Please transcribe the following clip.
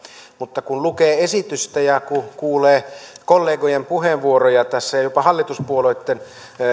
mutta kun lukee esitystä ja kun kuulee kollegojen puheenvuoroja tässä jopa hallituspuolueitten